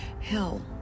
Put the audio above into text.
Hell